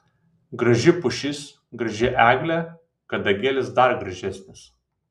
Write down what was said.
graži pušis graži eglė kadagėlis dar gražesnis